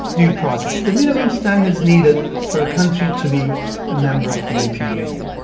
due process the minimum standards needed for a country to be a member of the european union.